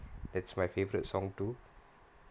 that's my favourite song too